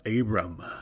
Abram